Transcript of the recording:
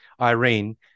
Irene